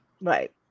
Right